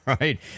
right